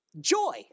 Joy